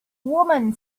woman